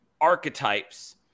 archetypes